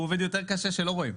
הוא עובד יותר קשר כשלא רואים.